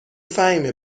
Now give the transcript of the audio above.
فهیمه